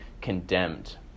condemned